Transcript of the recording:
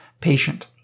patient